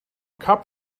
cup